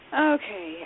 Okay